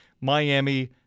Miami